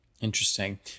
Interesting